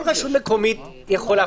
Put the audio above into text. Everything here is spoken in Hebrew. כל רשות מקומית יכולה,